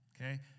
okay